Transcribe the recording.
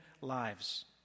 lives